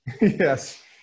yes